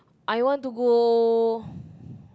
I want to go